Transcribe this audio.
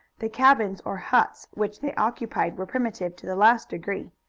the cabins or huts which they occupied were primitive to the last degree.